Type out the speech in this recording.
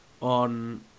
on